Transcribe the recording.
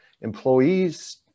employees